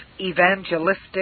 evangelistic